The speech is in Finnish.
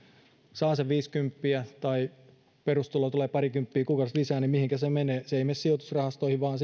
saa viisikymppiä tai perustuloon tulee parikymppiä kuukaudessa lisää niin mihinkä se menee se ei mene sijoitusrahastoihin vaan